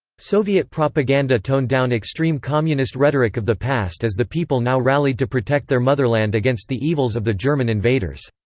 soviet propaganda toned down extreme communist rhetoric of the past as the people now rallied to protect their motherland against the evils of the german invaders.